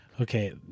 Okay